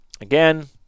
again